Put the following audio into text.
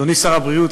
אדוני שר הבריאות,